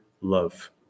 love